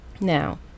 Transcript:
Now